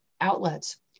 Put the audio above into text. outlets